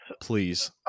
Please